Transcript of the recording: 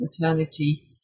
maternity